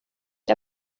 der